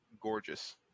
gorgeous